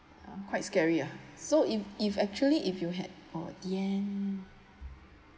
ya quite scary ah so if if actually if you had or the end